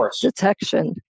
detection